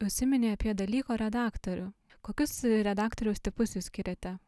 užsiminei apie dalyko redaktorių kokius redaktoriaus tipus jūs skiriate